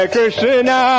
Krishna